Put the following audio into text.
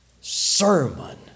sermon